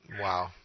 Wow